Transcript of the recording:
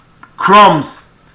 crumbs